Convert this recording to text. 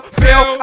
feel